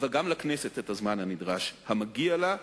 אבל גם לכנסת ניתן הזמן הנדרש המגיע לה,